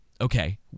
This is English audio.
Okay